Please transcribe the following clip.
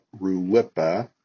Rulipa